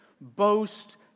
boast